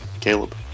Caleb